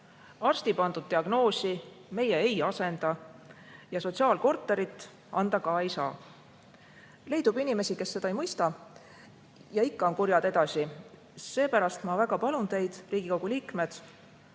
arsti pandud diagnoosi me ei asenda ja sotsiaalkorterit anda ka ei saa. Leidub inimesi, kes seda ei mõista ja on ikka rahulolematud. Seepärast palun ma Riigikogu liikmete